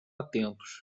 atentos